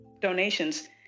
donations